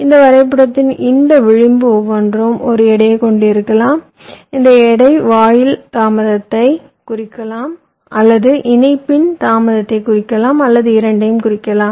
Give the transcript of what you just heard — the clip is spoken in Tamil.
இந்த வரைபடத்தில் இந்த விளிம்பு ஒவ்வொன்றும் ஒரு எடையைக் கொண்டிருக்கலாம் இந்த எடை வாயில் தாமதத்தைக் குறிக்கலாம் அல்லது இணைப்பின் தாமதத்தை குறிக்கலாம் அல்லது இரண்டையும் குறிக்கலாம்